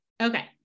Okay